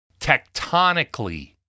tectonically